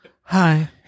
hi